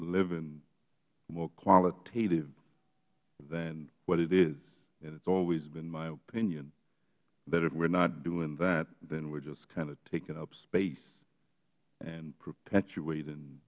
living more qualitative than what it is and it has always been my opinion that if we are not doing that then we are just kind of taking up space and perpetuat